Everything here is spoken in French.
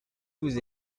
vous